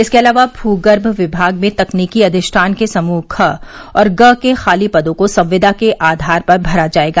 इसके अलावा भूगर्भ विभाग में तकनीकी अधिष्ठान के समूह ख और ग के खाली पदों को संविदा के आधार पर भरा जायेगा